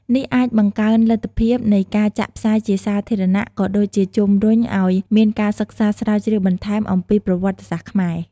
នេះអាចបង្កើនលទ្ធភាពនៃការចាក់ផ្សាយជាសាធារណៈ ក៏ដូចជាជំរុញឱ្យមានការសិក្សាស្រាវជ្រាវបន្ថែមអំពីប្រវត្តិសាស្ត្រខ្មែរ។